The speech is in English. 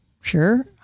Sure